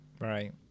Right